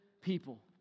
people